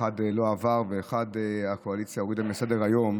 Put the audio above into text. אחד לא עבר ואחד הקואליציה הורידה מסדר-היום,